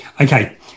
okay